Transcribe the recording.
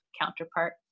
counterpart